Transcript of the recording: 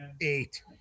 Eight